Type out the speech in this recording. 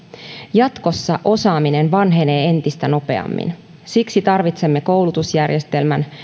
jatkossa osaaminen vanhenee entistä nopeammin siksi tarvitsemme koulutusjärjestelmän